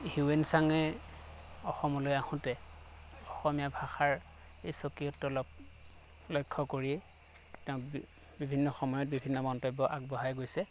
Hiuen Tsang অসমলৈ আহোঁতে অসমীয়া ভাষাৰ এই স্বাকীয়ত্ব ল লক্ষ্য কৰিয়েই তেওঁ বি বিভিন্ন সময়ত বিভিন্ন মন্তব্য আগবঢ়াই গৈছে